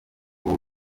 ubu